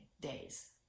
days